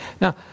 Now